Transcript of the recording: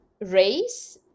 race